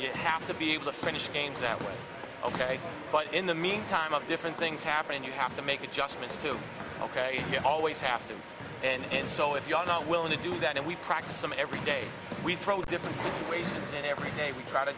you have to be able to finish games out ok but in the meantime of different things happening you have to make adjustments to ok you always have to and so if you're not willing to do that and we practice some every day we throw different ways every day we try to